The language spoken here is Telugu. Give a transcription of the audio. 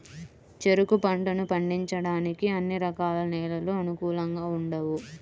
చెరుకు పంటను పండించడానికి అన్ని రకాల నేలలు అనుకూలంగా ఉండవు